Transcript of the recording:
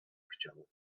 chciał